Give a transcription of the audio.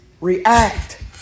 React